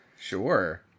sure